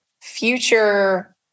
future